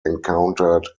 encountered